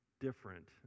different